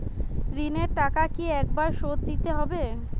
ঋণের টাকা কি একবার শোধ দিতে হবে?